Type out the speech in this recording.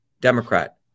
Democrat